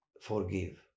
forgive